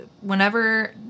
whenever